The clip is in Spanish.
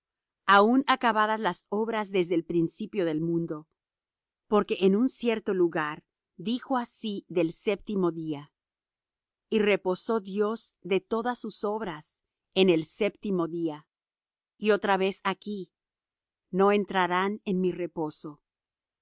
aun acabadas las obras desde el principio del mundo porque en un cierto lugar dijo así del séptimo día y reposó dios de todas sus obras en el séptimo día y otra vez aquí no entrarán en mi reposo así